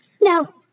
No